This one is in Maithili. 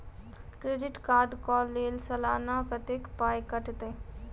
क्रेडिट कार्ड कऽ लेल सलाना कत्तेक पाई कटतै?